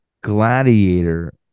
Gladiator